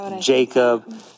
Jacob